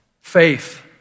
Faith